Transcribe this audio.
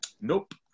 Nope